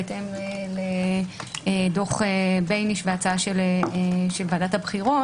בהתאם לדוח בייניש וההצעה של ועדת הבחירות.